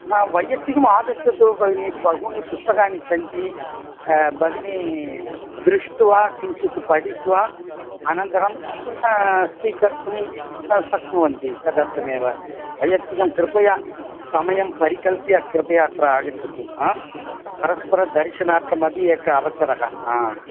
हा वैयक्तिकमागच्छतु भगिनि बहूनि पुस्तकानि सन्ति भगिनि दृष्ट्वा किञ्चित् पठित्वा अनन्तरं स्वीकर्तुं शक्नुवन्ति तदर्थमेव वैयक्तिकं कृपया समयं परिकल्प्य कृपया अत्र आगच्छतु हा परस्परदर्शनार्थमपि एकः अवसरः हा